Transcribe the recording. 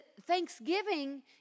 Thanksgiving